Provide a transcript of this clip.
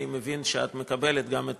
אני מבין שאת מקבלת גם את